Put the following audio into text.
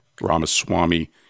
Ramaswamy